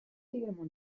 également